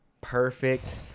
perfect